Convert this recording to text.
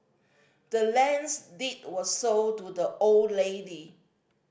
the land's deed were sold to the old lady